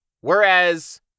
Whereas